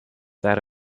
that